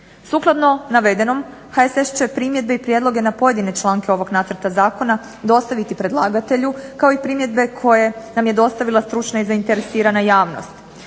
Sukladno navedenom, HSS će primjedbe i prijedloge na pojedine članke ovog nacrta zakona dostaviti predlagatelju kao i primjedbe koje nam je dostavila stručna i zainteresirana javnost.